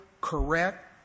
correct